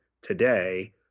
today